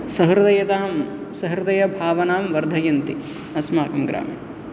सहृदयतां सहृदयभावनां वर्धयन्ति अस्माकं ग्रामे